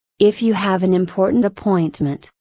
if you have an important appointment,